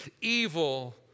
evil